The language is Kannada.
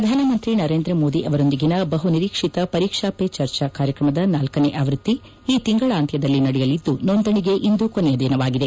ಪ್ರಧಾನಮಂತ್ರಿ ನರೇಂದ್ರ ಮೋದಿ ಅವರೊಂದಿಗಿನ ಬಹು ನಿರೀಕ್ಷಿತ ಪರೀಕ್ಷಾ ವೇ ಚರ್ಚಾ ಕಾರ್ಯಕ್ರಮದ ನಾಲ್ಕನೇ ಆವೃತ್ತಿ ಈ ತಿಂಗಳಾಂತ್ಯದಲ್ಲಿ ನಡೆಯಲಿದ್ದು ನೋಂದಣಿಗೆ ಇಂದು ಕೊನೆಯ ದಿನವಾಗಿದೆ